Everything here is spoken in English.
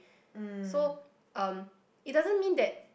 so um it doesn't mean that